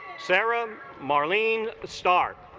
sarah marlene stark